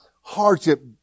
hardship